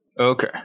Okay